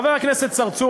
חבר הכנסת צרצור,